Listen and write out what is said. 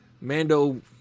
Mando